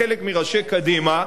חלק מראשי קדימה,